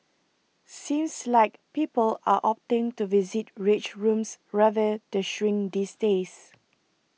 seems like people are opting to visit rage rooms rather the shrink these days